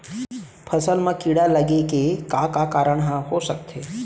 फसल म कीड़ा लगे के का का कारण ह हो सकथे?